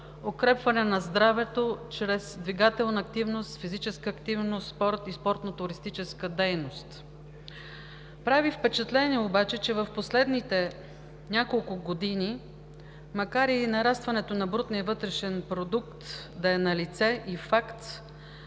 укрепване на здравето чрез двигателна активност, физическа активност, спорт и спортно-туристическа дейност. Прави впечатление, че в последните няколко години, макар нарастването на брутния вътрешен продукт да е налице и да